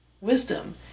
Wisdom